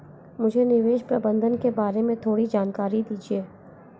मुझे निवेश प्रबंधन के बारे में थोड़ी जानकारी दीजिए